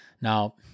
now